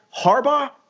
Harbaugh